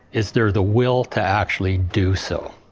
is there the will to actually do so?